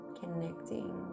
connecting